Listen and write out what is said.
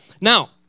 Now